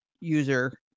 user